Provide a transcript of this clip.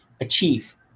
achieve